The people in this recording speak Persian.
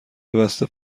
بسته